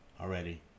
already